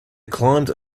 climbed